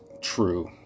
true